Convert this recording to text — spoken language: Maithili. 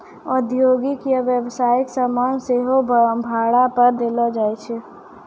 औद्योगिक या व्यवसायिक समान सेहो भाड़ा पे देलो जाय छै